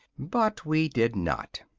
but we did not.